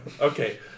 Okay